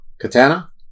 Katana